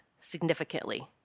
significantly